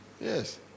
Yes